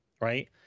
right